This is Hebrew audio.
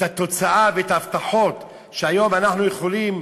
את התוצאה ואת ההבטחות שהיום אנחנו יכולים